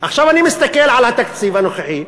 עכשיו, אני מסתכל על התקציב הנוכחי,